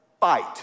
fight